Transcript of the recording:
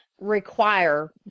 require